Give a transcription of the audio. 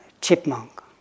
chipmunk